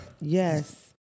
Yes